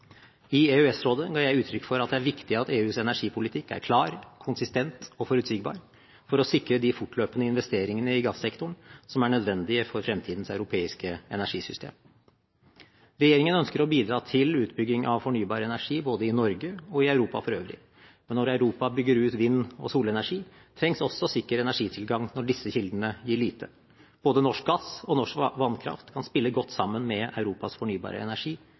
I EØS-rådet ga jeg uttrykk for at det er viktig at EUs energipolitikk er klar, konsistent og forutsigbar for å sikre de fortløpende investeringene i gassektoren som er nødvendige for fremtidens europeiske energisystem. Regjeringen ønsker å bidra til utbygging av fornybar energi, både i Norge og i Europa for øvrig. Men når Europa bygger ut vind- og solenergi, trengs også sikker energitilgang når disse kildene gir lite. Både norsk gass og norsk vannkraft kan spille godt sammen med Europas fornybare energi